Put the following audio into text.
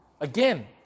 Again